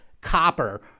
copper